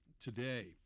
today